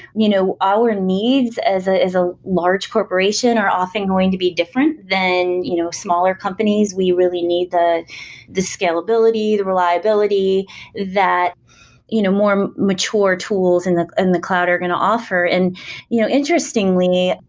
you know our needs as ah a ah large corporation are often going to be different than you know smaller companies. we really need the the scalability, the reliability that you know more mature tools and the and the cloud are going to offer. and you know interestingly,